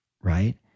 right